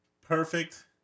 perfect